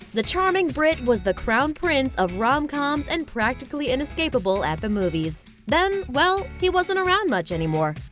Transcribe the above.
the charming brit was the crown prince of romcoms and practically inescapable at the movies. then, well, he wasn't around much anymore.